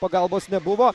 pagalbos nebuvo